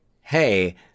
hey